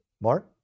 Mark